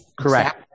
Correct